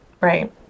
right